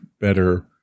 better